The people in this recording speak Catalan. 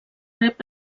rep